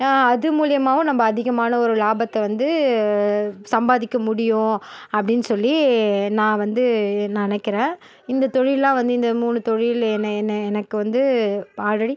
அது மூலியுமாகவும் நம்ப அதிகமான ஒரு லாபத்தை வந்து சம்பாதிக்க முடியும் அப்படின் சொல்லி நான் வந்து நினைக்கிறேன் இந்த தொழில்லாம் வந்து இந்த மூணு தொழில் என்ன என்ன எனக்கு வந்து இப்போ ஆல்ரெடி